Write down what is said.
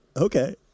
Okay